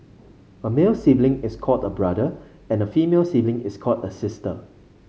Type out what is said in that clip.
a male sibling is called a brother and a female sibling is called a sister